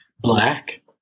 black